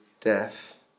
death